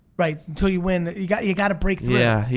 right, until you win you gotta you gotta break through. yeah